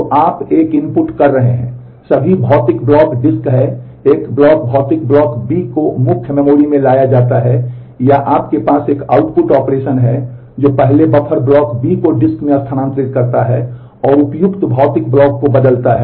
तो आप एक इनपुट कर रहे हैं सभी भौतिक ब्लॉक डिस्क है एक ब्लॉक भौतिक ब्लॉक बी B को मुख्य मेमोरी में लाया जाता है या आपके पास एक आउटपुट ऑपरेशन है जो पहले बफर ब्लॉक बी B को डिस्क में स्थानांतरित करता है और उपयुक्त भौतिक ब्लॉक को बदलता है